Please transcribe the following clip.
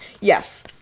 yes